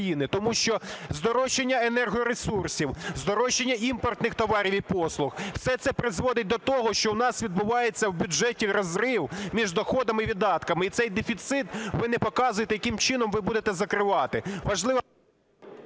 тому що здорожчання енергоресурсів, здорожчання імпортних товарів і послуг, все це призводить до того, що в нас відбувається в бюджеті розрив між доходами і видатками, і цей дефіцит ви не показуєте яким чином ви будете закривати.